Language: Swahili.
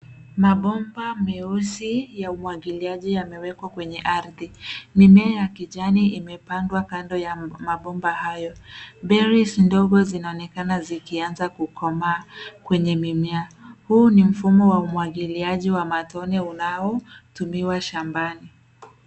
Mabomba meusi ya umwagiliaji, yamewekwa kwenye arthi. Mimea ya kijani imepandwa kando ya mabomba hayo. Berries ndogo zinaonekana zikianza kukomaa kwenye mimea. Huu ni mfumo wa umwagiliaji wa matone unaotumiwa shambani.